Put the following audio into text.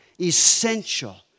essential